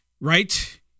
Right